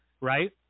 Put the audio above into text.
right